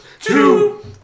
two